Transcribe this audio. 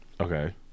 okay